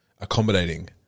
accommodating